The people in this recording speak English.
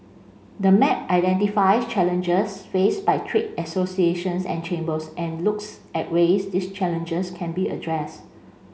the map identifies challenges faced by trade associations and chambers and looks at ways these challenges can be addressed